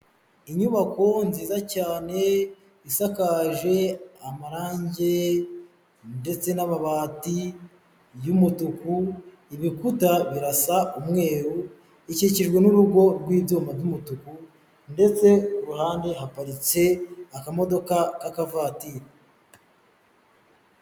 Inyubako nziza cyane isakaje amarange ndetse n'amabati y'umutuku, ibikuta birasa umweru. Ikikijwe n'urugo rw'ibyuma by'umutuku ndetse ku ruhande haparitse akamodoka k'akavatiri.